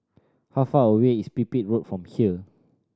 how far away is Pipit Road from here